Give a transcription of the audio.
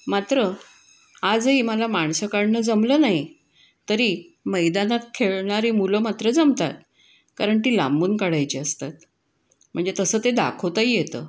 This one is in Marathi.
मात्र आजही मला माणसं काढणं जमलं नाही तरी मैदानात खेळणारी मुलं मात्र जमतात कारण ती लांबून काढायची असतात म्हणजे तसं ते दाखवताही येतं